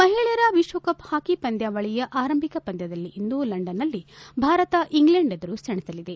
ಮಹಿಳೆಯರ ವಿಶ್ವಕಪ್ ಹಾಕಿ ಪಂದ್ಲಾವಳಿಯ ಆರಂಭಿಕ ಪಂದ್ಲದಲ್ಲಿಂದು ಲಂಡನ್ನಲ್ಲಿ ಭಾರತ ಇಂಗ್ಲೆಂಡ್ ಎದುರು ಸೆಣೆಸಲಿದೆ